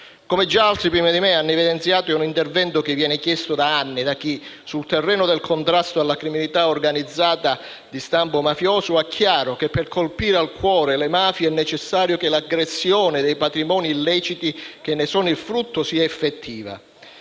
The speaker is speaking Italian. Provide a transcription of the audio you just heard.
Come già altri prima di me hanno evidenziato, è un intervento che viene chiesto da anni da chi, sul terreno del contrasto alla criminalità organizzata di stampo mafioso, ha chiaro che per colpire al cuore le mafie è necessario che l'aggressione ai patrimoni illeciti che ne sono il frutto sia effettiva.